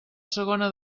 segona